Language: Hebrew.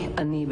גדלתי